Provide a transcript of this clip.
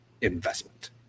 investment